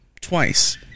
twice